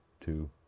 two